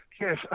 Yes